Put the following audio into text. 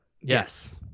yes